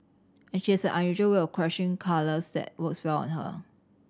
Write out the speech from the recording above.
and she has an unusual way of clashing colours that works well on her